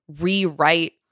rewrite